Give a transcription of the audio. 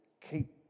keep